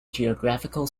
geographical